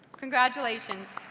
congratulations.